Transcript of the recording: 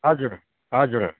हजुर हजुर